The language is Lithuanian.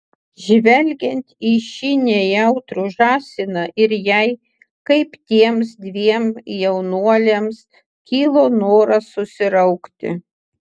žvelgiant į šį nejautrų žąsiną ir jai kaip tiems dviem jaunuoliams kilo noras susiraukti